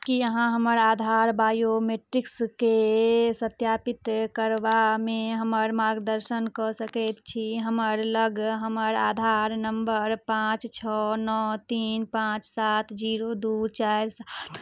की अहाँ हमर आधार बायोमेट्रिक्सके सत्यापित करबामे हमर मार्गदर्शन कऽ सकैत छी हमरा लग हमर आधार नम्बर पाँच छओ नओ तीन पाँच सात जीरो दू चारि सात